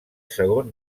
segon